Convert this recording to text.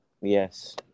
Yes